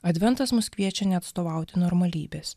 adventas mus kviečia neatstovauti normalybės